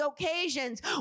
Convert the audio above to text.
occasions